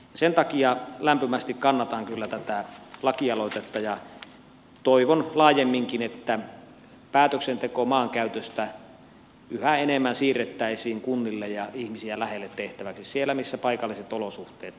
sen takia lämpimästi kannatan kyllä tätä lakialoitetta ja toivon laajemminkin että päätöksenteko maankäytöstä yhä enemmän siirrettäisiin kunnille ja ihmisiä lähellä tehtäväksi sinne missä paikalliset olosuhteet tunnetaan